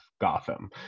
Gotham